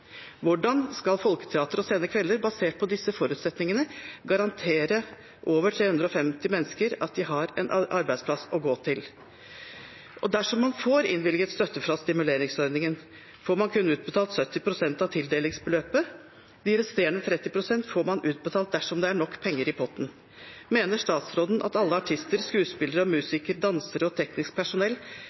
Hvordan skal Folketeateret og Scenekvelder basert på disse forutsetningene garantere over 350 mennesker at de har en arbeidsplass å gå til? Dersom man får innvilget støtte fra stimuleringsordningen, får man kun utbetalt 70 pst. av tildelingsbeløpet. De resterende 30 pst. får man utbetalt dersom det er nok penger i potten. Mener statsråden at alle artister, skuespillere, musikere, dansere og teknisk personell